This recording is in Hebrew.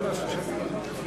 לתיקון פקודת הסטטיסטיקה (מס' 3),